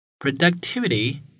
productivity